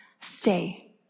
stay